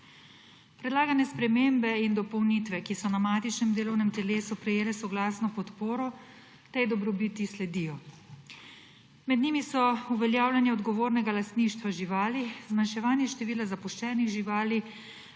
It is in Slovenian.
Predlagane spremembe in dopolnitve, ki so na matičnem delovnem telesu prejele soglasno podporo, tej dobrobiti sledijo. Med njimi so uveljavljenje odgovornega lastništva živali, zmanjševanje števila zapuščenih živali